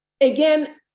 Again